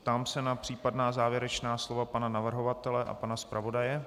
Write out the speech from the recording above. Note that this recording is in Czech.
Ptám se na případná závěrečná slova pana navrhovatele a pana zpravodaje.